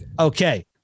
okay